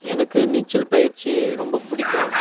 எனக்கு நீச்சல் பயிற்சி ரொம்ப பிடிக்கும்